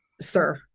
sir